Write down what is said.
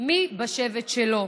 מי בשבט שלו.